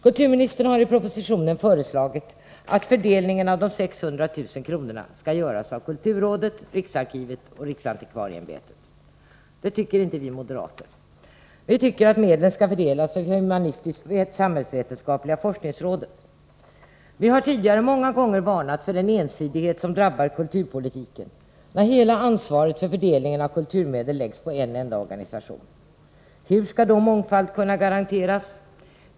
Kulturministern har i propositionen föreslagit att fördelningen av de 600 000 kronorna skall göras av kulturrådet, riksarkivet och riksantikvarieämbetet. Det tycker inte vi moderater. Vi tycker att medlen skall fördelas av humanistisk-samhällsvetenskapliga forskningsrådet. Vi har tidigare många gånger varnat för den ensidighet som drabbar kulturpolitiken när hela ansvaret för fördelningen av kulturmedel läggs på en enda organisation. Hur skall då mångfald kunna garanteras?